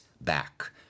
back